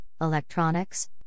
electronics